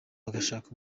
bagashaka